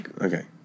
Okay